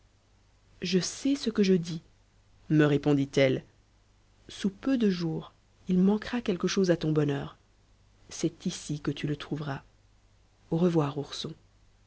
je sais ce que je dis me répondit-elle illustration ourson dit la fée je ne suis pas violette sous peu de jours il manquera quelque chose à ton bonheur c'est ici que tu le trouveras au revoir ourson